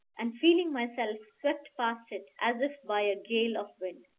and feeling myself swept past it, as if by a gale of wind.